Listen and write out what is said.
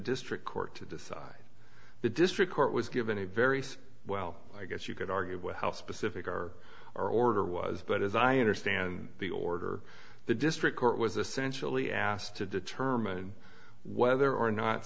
district court to decide the district court was given a very safe well i guess you could argue about how specific or or order was but as i understand the order the district court was essential he asked to determine whether or not